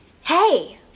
hey